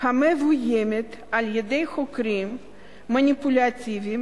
המבוימת על-ידי חוקרים מניפולטיביים